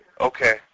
Okay